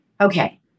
okay